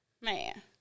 Man